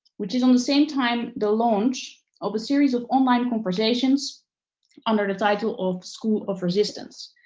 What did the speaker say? which is on the same time the launch of a series of online conversations under the title of, school of resistance.